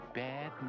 bad